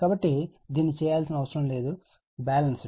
కాబట్టి దీన్ని చేయవలసిన అవసరం లేదు బ్యాలెన్స్డ్